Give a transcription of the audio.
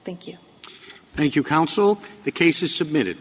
thank you thank you counsel the case is submitted